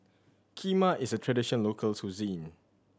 kheema is a traditional local cuisine